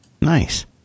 Nice